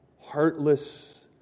heartless